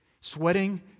Sweating